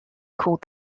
called